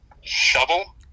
Shovel